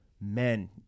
Men